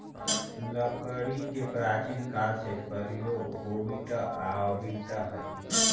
लकड़ी के प्राचीन काल से प्रयोग होवित आवित हइ